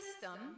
system